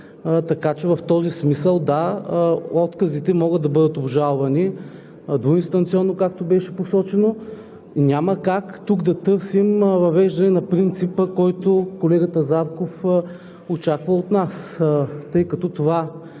Така че в този смисъл, да, отказите могат да бъдат обжалвани двуинстанционно, както беше посочено, и няма как тук да търсим въвеждане на принципа, който колегата Зарков очаква от нас. Тъй като това,